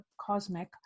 cosmic